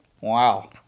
Wow